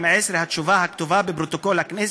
התשובה הכתובה בפרוטוקול הכנסת,